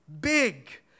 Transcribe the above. Big